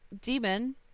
demon